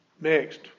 Next